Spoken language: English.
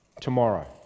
tomorrow